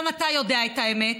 גם אתה יודע את האמת,